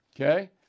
okay